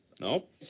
Nope